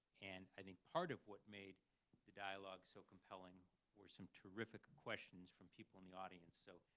and i think part of what made the dialogue so compelling were some terrific questions from people in the audience. so,